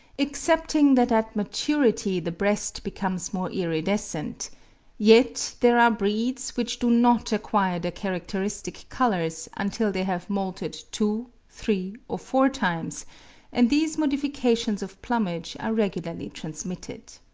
excepting that at maturity the breast becomes more iridescent yet there are breeds which do not acquire their characteristic colours until they have moulted two, three, or four times and these modifications of plumage are regularly transmitted.